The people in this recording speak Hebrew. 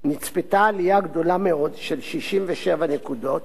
נצפתה עלייה גדולה מאוד, של 67 נקודות.